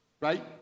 right